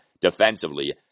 defensively